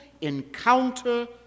encounter